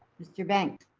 mr. banks?